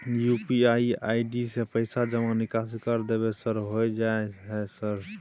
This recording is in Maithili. यु.पी.आई आई.डी से पैसा जमा निकासी कर देबै सर होय जाय है सर?